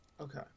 Okay